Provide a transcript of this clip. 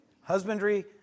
Husbandry